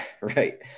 right